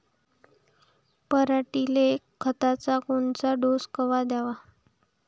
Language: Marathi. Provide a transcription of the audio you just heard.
पऱ्हाटीले खताचा कोनचा डोस कवा द्याव?